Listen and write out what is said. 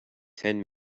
ten